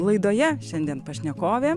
laidoje šiandien pašnekovė